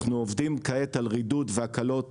אנחנו עובדים כעת על רידוד והקלות